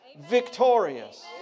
victorious